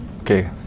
Okay